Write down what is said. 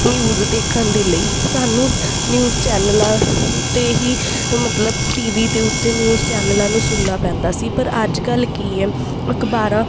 news ਦੇਖਣ ਦੇ ਲਈ ਸਾਨੂੰ ਨਿਊਜ਼ ਚੈਨਲਾਂ 'ਤੇ ਹੀ ਮਤਲਬ ਟੀ ਵੀ ਦੇ ਉੱਤੇ ਨਿਊਜ਼ ਚੈਨਲਾਂ ਨੂੰ ਸੁਣਨਾ ਪੈਂਦਾ ਸੀ ਪਰ ਅੱਜ ਕੱਲ੍ਹ ਕੀ ਹੈ ਅਖ਼ਬਾਰਾਂ